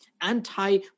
anti